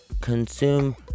consume